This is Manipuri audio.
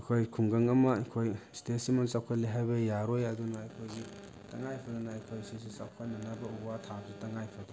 ꯑꯩꯈꯣꯏ ꯈꯨꯡꯒꯪ ꯑꯃ ꯑꯩꯈꯣꯏ ꯁ꯭ꯇꯦꯠꯁꯤꯃ ꯆꯥꯎꯈꯠꯂꯦ ꯍꯥꯏꯕ ꯌꯥꯔꯣꯏ ꯑꯗꯨꯅ ꯑꯩꯈꯣꯏꯒꯤ ꯇꯉꯥꯏꯐꯗꯅ ꯑꯩꯈꯣꯏ ꯁꯤꯁꯦ ꯆꯥꯎꯈꯠꯅꯅꯕ ꯎ ꯋꯥ ꯊꯥꯕꯁꯤ ꯇꯉꯥꯏꯐꯗꯦ